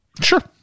Sure